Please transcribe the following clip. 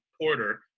Porter